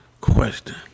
question